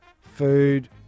food